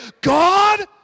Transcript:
God